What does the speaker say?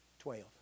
Twelve